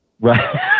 Right